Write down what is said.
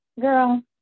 girl